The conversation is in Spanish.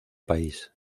país